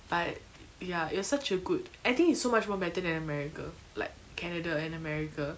but ya it was such a good I think it's so much more better than america like canada and america